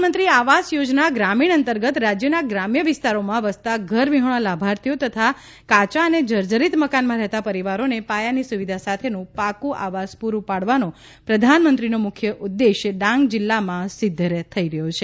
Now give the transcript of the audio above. પ્રધાન મંત્રી આવાસ યોજના ગ્રામીણ અંતર્ગત રાજ્યના ગ્રામ્ય વિસ્તારોમાં વસતા ઘરવિહોણા લાભાર્થીઓ તથા કાયા અને જર્જરિત મકાનમાં રહેતા પરિવારો ને પાયાની સુવિધા સાથે નું પાકું આવાસ પૂરું પાડવાનો પ્રધાનમંત્રી નો મુખ્ય ઉદ્દેશ્ય ડાંગ જિલ્લામાં સિદ્ધ થઇ રહ્યો છે